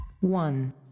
One